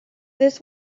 this